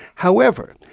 however,